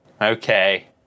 Okay